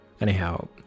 Anyhow